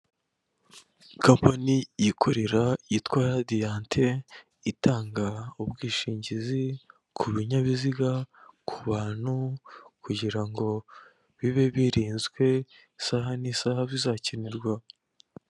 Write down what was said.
Company yikorera yitwa Radiant itanga ubwishingizi ku binyabiziga, ku bantu kugirango ngo bibe birinzwe isaha n'isaha bizakenerwaho.